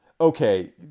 Okay